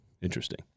Interesting